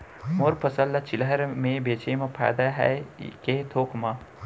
मोर फसल ल चिल्हर में बेचे म फायदा है के थोक म?